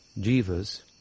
Jivas